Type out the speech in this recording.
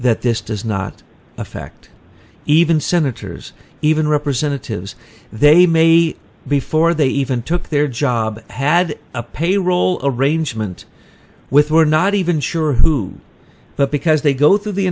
that this does not affect even senators even representatives they may before they even took their job had a payroll arrangement with we're not even sure who but because they go through the